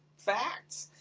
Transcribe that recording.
facts